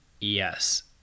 Yes